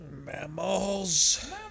Mammals